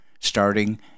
starting